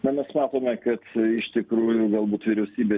mes matome kad tai iš tikrųjų galbūt vyriausybė